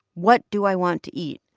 what do i want to eat?